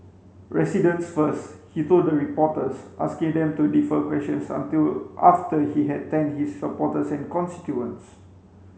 residents first he told the reporters asking them to defer questions until after he had thanked his supporters and constituents